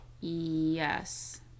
yes